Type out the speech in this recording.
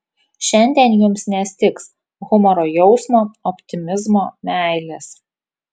šiandien jums nestigs humoro jausmo optimizmo meilės